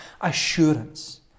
assurance